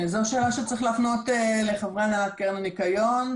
זו שאלה שצריך להפנות לחברי הנהלת קרן הניקיון.